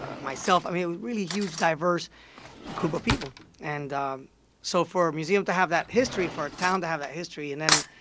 myself, i mean, really huge, diverse group of people and um so for a museum to have that history, for a town to have that history and then